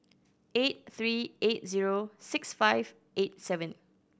eight three eight zero six five eight seven